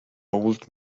old